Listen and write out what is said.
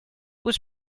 was